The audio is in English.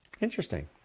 Interesting